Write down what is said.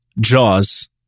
Jaws